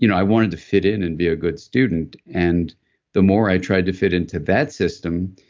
you know i wanted to fit in and be a good student, and the more i tried to fit into that system,